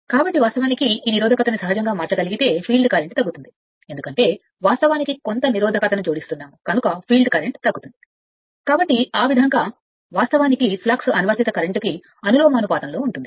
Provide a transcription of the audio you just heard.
కాబట్టి వాస్తవానికి ఈ నిరోధకతను సహజంగా మార్చగలిగితే ఫీల్డ్ కరెంట్ తగ్గుతుంది ఎందుకంటే వాస్తవానికి కొంత నిరోధకత ఫీల్డ్ కరెంట్ ని తగ్గిస్తుంది కాబట్టి ఆ విధంగా వాస్తవానికి పిలుస్తారు అంటే ఫ్లక్స్ అనువర్తిత కరెంట్కు అనులోమానుపాతంలో ఉంటుంది